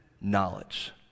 knowledge